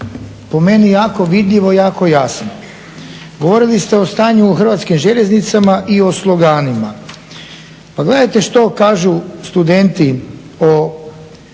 po meni jako vidljivo i jako jasno. Govorili ste o stanju u Hrvatskim željeznicama i o sloganima, pa gledajte što kažu studenti o